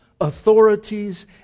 authorities